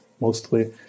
mostly